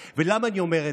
בלבד.